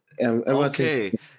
Okay